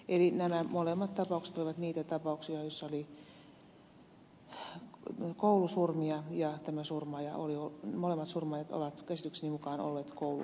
eli nämä molemmat tapaukset olivat koulusurmia ja molemmat surmaajat ovat käsitykseni mukaan olleet koulukiusattuja